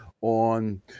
on